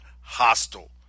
Hostile